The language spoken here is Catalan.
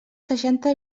seixanta